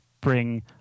bring